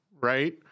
right